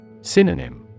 Synonym